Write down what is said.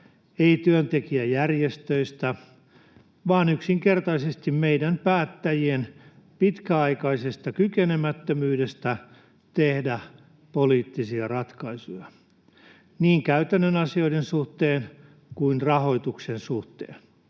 ei työntekijäjärjestöistä, vaan yksinkertaisesti meidän päättäjien pitkäaikaisesta kykenemättömyydestä tehdä poliittisia ratkaisuja, niin käytännön asioiden suhteen kuin rahoituksen suhteen.